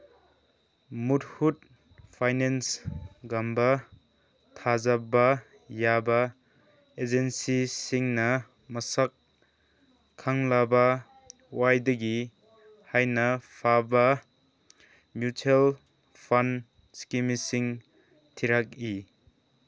ꯃꯨꯠꯍꯨꯠ finance ꯒꯝꯕ ꯊꯥꯖꯕ ꯌꯥꯕ ꯑꯦꯖꯦꯟꯁꯤꯁꯤꯡꯅ ꯃꯁꯛ ꯈꯪꯂꯕ ꯈ꯭ꯋꯥꯏꯗꯒꯤ ꯍꯥꯏꯅ ꯐꯕ ꯃꯨꯆ꯭ꯋꯦꯜ ꯐꯟ ꯏꯁꯀꯤꯝꯁꯤꯡ ꯊꯤꯔꯛꯏ